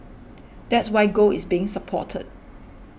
that's why gold is being supported